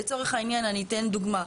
לצורך העניין אני אתן דוגמה.